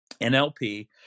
NLP